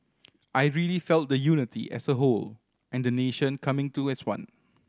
I really felt the unity as a whole and the nation coming to as one